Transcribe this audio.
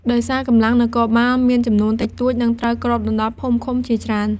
ដោយសារ កម្លាំងនគរបាលមានចំនួនតិចតួច និងត្រូវគ្របដណ្ដប់ភូមិឃុំជាច្រើន។